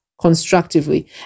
constructively